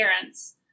parents